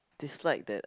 dislike that